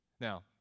Now